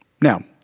Now